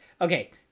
okay